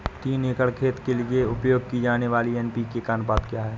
तीन एकड़ खेत के लिए उपयोग की जाने वाली एन.पी.के का अनुपात क्या है?